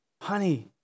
honey